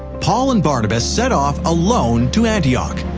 paul and barnabas set off alone to antioch.